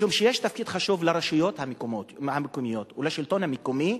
משום שיש תפקיד חשוב לרשויות המקומיות ולשלטון המקומי,